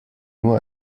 nur